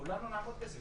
כולנו נעמוד בזה.